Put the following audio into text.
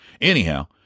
Anyhow